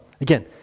again